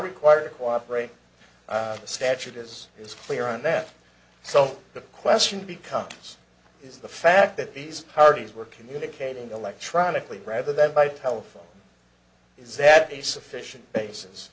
required to cooperate the statute is is clear on that so the question becomes is the fact that these parties were communicating electronically rather than by telephone is that a sufficient